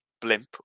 blimp